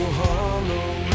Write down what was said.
hollow